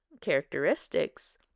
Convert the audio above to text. characteristics